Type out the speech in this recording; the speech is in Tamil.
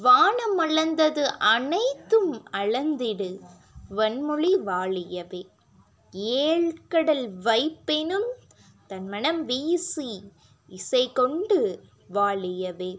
வானம் மளந்தது அனைத்தும் அளந்திடு வண்மொழி வாழியவே ஏழ்கடல் வைப்பினும் தன்மணம் வீசி இசைக் கொண்டு வாழியவே